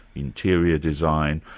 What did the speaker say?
interior design,